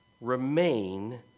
remain